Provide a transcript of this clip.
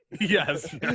Yes